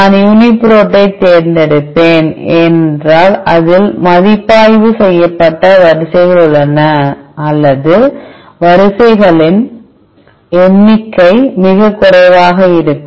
நான் யூனிபிரோட்டைத் தேர்ந்தெடுப்பேன் ஏனென்றால் அதில் மதிப்பாய்வு செய்யப்பட்ட வரிசைகள் உள்ளன அல்லது வரிசைகளின் எண்ணிக்கை மிகக் குறைவாக இருக்கும்